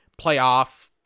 playoff